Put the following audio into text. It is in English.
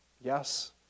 yes